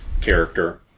character